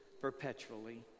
perpetually